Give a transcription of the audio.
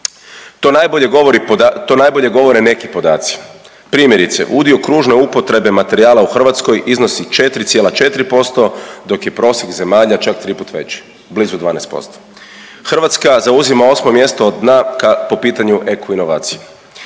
to najbolje govore neki podaci, primjerice udio kružne upotrebe materijala u Hrvatskoj iznosi 4,4% dok je prosjek zemalja čak tri put već, blizu 12%. Hrvatska zauzima osmo mjesto od dna po pitanju eko inovacije,